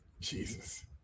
Jesus